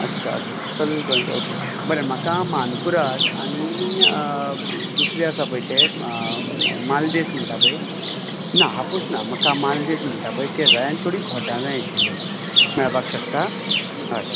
अच्चा अच्चा चल बरें ओके बरें म्हाका माणकुराद आनी दुसरे आसा पळय ते मालदेस म्हणटा पळय ना हापूस ना म्हाका मालदेस म्हणटा पळय ते जाय आनी थोडी घोटां जाय आशिल्लीं मेळपाक शकता हय